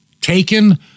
taken